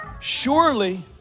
surely